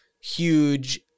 huge